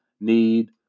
need